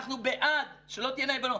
אנחנו בעד, שלא תהיינה אי הבנות.